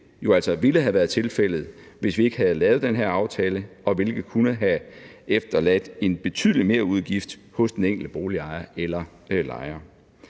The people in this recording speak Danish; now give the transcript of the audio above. altså ville have været tilfældet, hvis vi ikke havde lavet den her aftale, og det kunne have efterladt en betydelig merudgift hos den enkelte boligejer eller lejer.